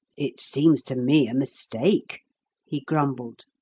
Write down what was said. it seems to me a mistake he grumbled.